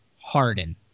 Harden